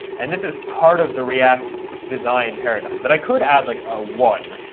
and this is part of the react design paradigm, that i could add like a one,